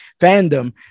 fandom